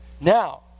Now